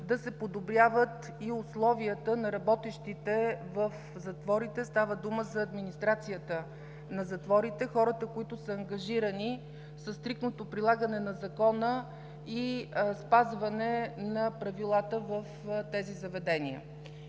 да се подобряват и условията на работещите в затворите. Става дума за администрацията на затворите, хората, които са ангажирани със стриктното прилагане на закона и спазване на правилата в тези заведения.